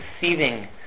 seething